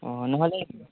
ହଁ ନହେଲେ